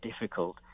difficult